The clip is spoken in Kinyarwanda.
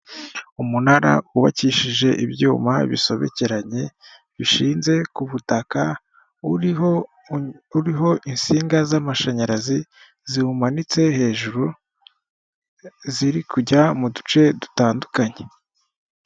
Umunara wubakishije ibyuma bisobekeranye bishinze ku butaka uriho insinga z'amashanyarazi ziwumanitse hejuru, ziri kujya mu duce dutandukanye.